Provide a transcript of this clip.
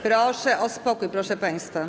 Proszę o spokój, proszę państwa.